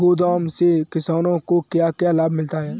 गोदाम से किसानों को क्या क्या लाभ मिलता है?